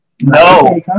No